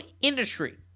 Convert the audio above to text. industry